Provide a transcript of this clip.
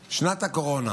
אחורה: בשנת הקורונה